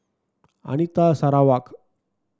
Anita Sarawak